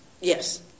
Yes